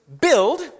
build